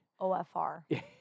OFR